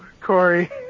Corey